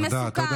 זה מסוכן.